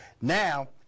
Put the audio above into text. now